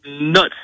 nuts